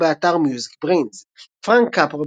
באתר MusicBrainz פרנק קפרה,